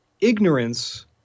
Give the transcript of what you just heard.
ignorance